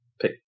Pick